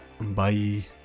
Bye